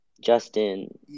Justin